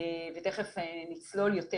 ותכף נצלול יותר